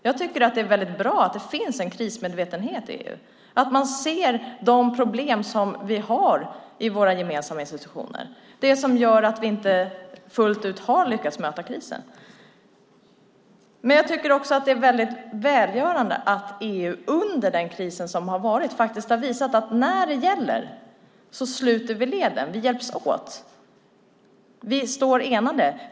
Jag tycker att det är bra att det finns en krismedvetenhet i EU, att man ser de problem som vi har i våra gemensamma institutioner, det som gör att vi inte fullt ut har lyckats möta krisen. Jag tycker också att det är välgörande att EU under den kris som har varit har visat att när det gäller sluter vi leden, hjälps vi åt, står vi enade.